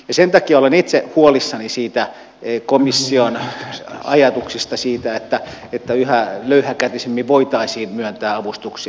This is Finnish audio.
sen takia olen itse huolissani komission ajatuksista siitä että yhä löyhäkätisemmin voitaisiin myöntää avustuksia esimerkiksi telakkateollisuudelle